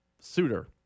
suitor